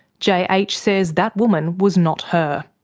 jh ah ah jh says that woman was not her.